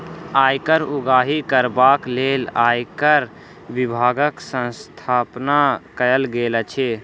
आयकर उगाही करबाक लेल आयकर विभागक स्थापना कयल गेल अछि